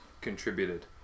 contributed